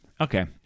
Okay